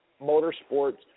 Motorsports